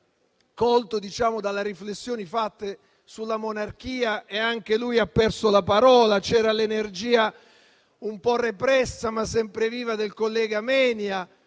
colto dalle riflessioni fatte sulla monarchia e anche lui ha perso la parola. C'era l'energia un po' repressa, ma sempre viva del collega Menia,